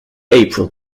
april